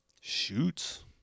Shoots